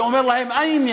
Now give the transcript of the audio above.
ואומר להם: הנה,